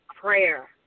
prayer